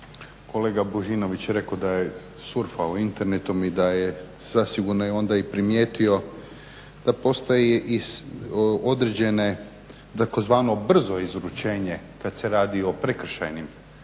kolega Božinović rekao da je surfao internetom i da je sigurno onda primijetio da postoje određene tzv. brzo izručenje kada se radi o prekršajnim djelima.